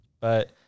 But-